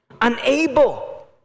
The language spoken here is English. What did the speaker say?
unable